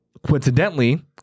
Coincidentally